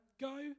Go